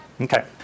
Okay